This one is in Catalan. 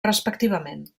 respectivament